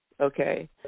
okay